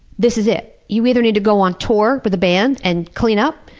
this is it. you either need to go on tour with the band and clean up,